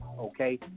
Okay